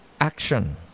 action